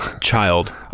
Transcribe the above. child